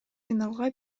финалга